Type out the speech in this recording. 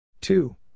Two